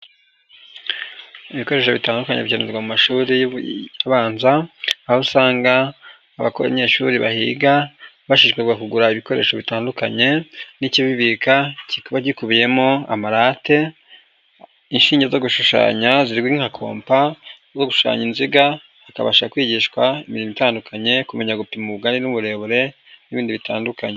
Ibikoresho bitandukanye bigerwa mu mashuri abanza, aho usanga abanyeshuri bahiga bashiwajwe kugura ibikoresho bitandukanye n'ikibibika, kikaba gikubiyemo amarate, inshinge zo gushushanya zizwi nka kompa, zo gushushanya inziga, bakabasha kwigishwa imirimo itandukanye, kumenya gupima ubugari n'uburebure n'ibindi bitandukanye.